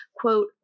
quote